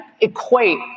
equate